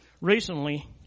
recently